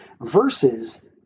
versus